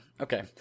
Okay